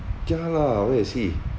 ya lah where is he